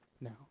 now